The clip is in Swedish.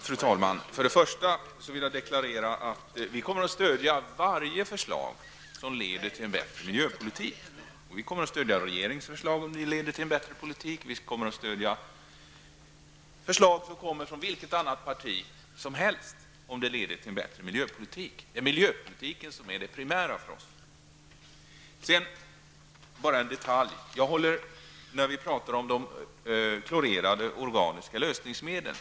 Fru talman! För det första vill jag deklarera att vi i miljöpartiet kommer att stödja varje förslag som leder till en bättre miljöpolitik. Vi kommer att stödja regeringens förslag om det leder till en bättre miljöpolitik, vi kommer att stödja förslag som kommer från vilket annat parti som helst om det bara leder till en bättre miljöpolitik. Det är miljöpolitiken som är det primära för oss. Bara en detalj när vi pratar om klorerade organiska lösningsmedel.